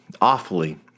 awfully